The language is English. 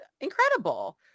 incredible